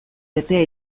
betea